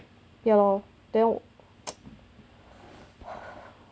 ya lor then